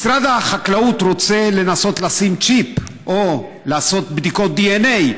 משרד החקלאות רוצה לנסות לשים צ'יפ או לעשות בדיקות דנ"א,